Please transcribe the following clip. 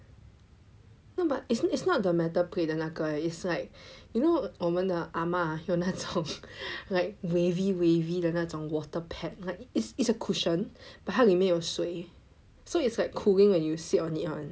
no but it's not the metal plate 的那个 eh it's like you know 我们的 ahma 用那种 like wavy wavy 的那种 water pad like it's it's a cushion but 它里面有水 so it's like cooling when you sit on it [one]